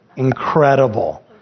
Incredible